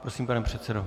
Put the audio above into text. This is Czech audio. Prosím, pane předsedo.